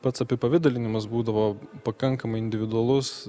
pats apipavidalinimas būdavo pakankamai individualus